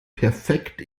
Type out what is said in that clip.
perfekt